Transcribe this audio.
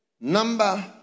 Number